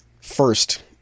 first